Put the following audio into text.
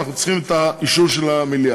אנחנו צריכים את האישור של המליאה.